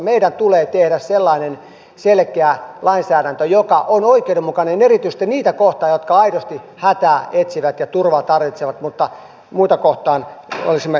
meidän tulee tehdä sellainen selkeä lainsäädäntö joka on oikeudenmukainen erityisesti niitä kohtaan jotka aidosti hätää kärsivät ja turvaa tarvitsevat mutta muita kohtaan olisimme ripeämpiä